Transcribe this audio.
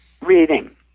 reading